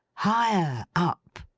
higher up!